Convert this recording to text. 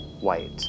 white